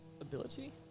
ability